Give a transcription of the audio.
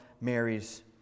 Mary's